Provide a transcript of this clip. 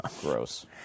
Gross